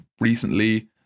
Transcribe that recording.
recently